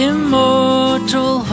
Immortal